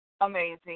amazing